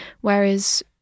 whereas